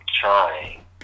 trying